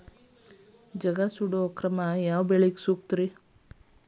ಜಗಾ ಸುಡು ಕ್ರಮ ಯಾವ ಬೆಳಿಗೆ ಸೂಕ್ತ?